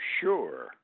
sure